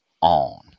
on